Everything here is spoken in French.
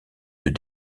deux